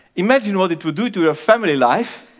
imagine what it would do to your family life,